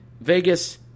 Vegas